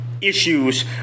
issues